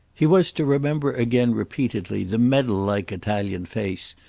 he was to remember again repeatedly the medal-like italian face,